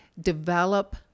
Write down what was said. develop